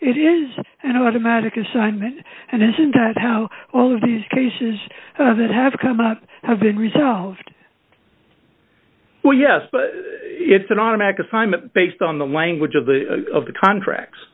it is an automatic assignment and isn't that how all of these cases that have come up have been resolved well yes but it's an automatic assignment based on the language of the of the contracts